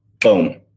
Boom